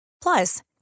Plus